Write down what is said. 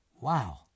Wow